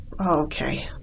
Okay